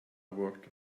word